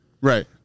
Right